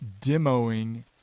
demoing